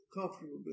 comfortably